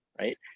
Right